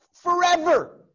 Forever